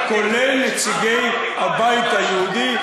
כולל נציגי הבית היהודי.